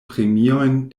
premiojn